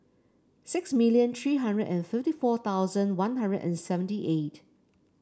six million three hundred and fifty four thousand One Hundred and seventy eight